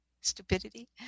stupidity